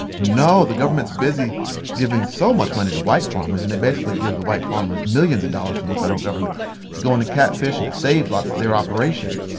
no. the government's busy giving so much money to white farmers, and they basically give the white farmers millions of dollars from the federal government to go into catfish. and it saves lots of their operations.